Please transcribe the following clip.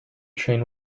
train